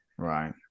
Right